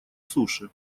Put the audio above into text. суше